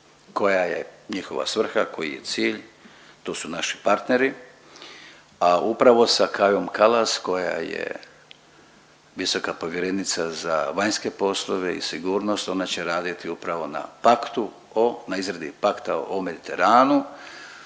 koja je njihova svrha, koji je cilj, to su naši partneri, a upravo sa Kajom Kallas koja je visoka povjerenica za vanjske poslove i sigurnost, ona će raditi upravo na paktu o, na izradi Pakta o Mediteranu,